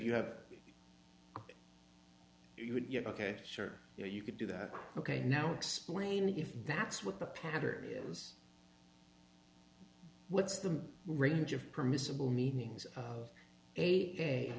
you have ok sure you could do that ok now explain if that's what the patter is what's the range of permissible meanings of a